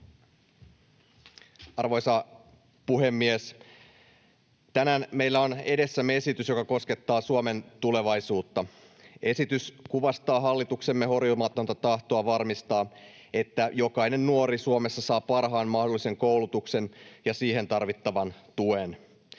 Arvoisa puhemies! Tänään meillä on edessämme esitys, joka koskettaa Suomen tulevaisuutta. Esitys kuvastaa hallituksemme horjumatonta tahtoa varmistaa, että jokainen nuori Suomessa saa parhaan mahdollisen koulutuksen ja siihen tarvittavan tuen.